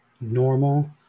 normal